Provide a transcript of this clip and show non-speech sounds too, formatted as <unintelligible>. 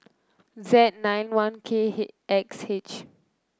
Z nine one K <unintelligible> X H